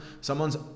someone's